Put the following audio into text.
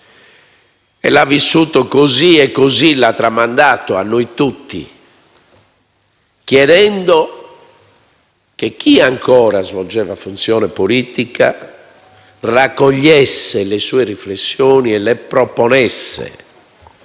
L'ha vissuto così e così l'ha tramandato a noi tutti, chiedendo a chi ancora svolgeva una funzione politica di raccogliere le sue riflessioni e sottoporle